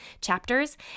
chapters